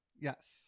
yes